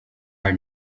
are